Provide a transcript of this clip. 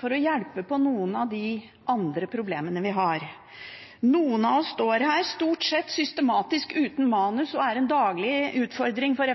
for å avhjelpe noen av de andre problemene vi har. Noen av oss står her uten manus, stort sett systematisk, og er en daglig utfordring for